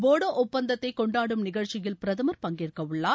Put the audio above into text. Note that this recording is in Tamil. போடோ ஒப்பந்தத்தைக் கொண்டாடும் நிகழ்ச்சியில் பிரதமர் பங்கேற்கவுள்ளார்